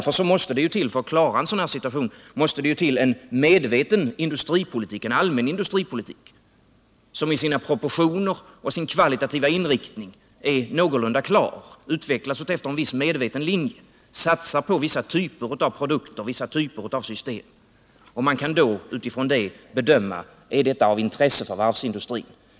För att reda upp en sådan situation måste det till en medveten allmän industripolitik, som i sina proportioner och sin kvalitativa inriktning är någorlunda klar och som alltså utvecklas efter en medveten linje och satsar på vissa typer av produkter och vissa typer av system. Utifrån det kan man sedan bedöma om detta är av intresse för varvsindustrin.